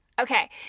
Okay